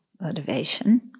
motivation